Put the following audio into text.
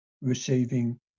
receiving